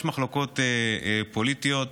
יש מחלוקות פוליטיות,